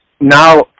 now